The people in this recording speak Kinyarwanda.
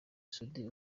soudy